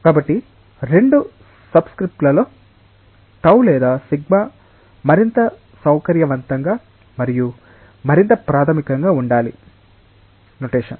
కాబట్టి 2 సబ్స్క్రిప్ట్లతో టౌ లేదా సిగ్మా మరింత సౌకర్యవంతంగా మరియు మరింత ప్రాథమికంగా ఉండాలి నొటేషన్